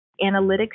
analytics